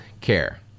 care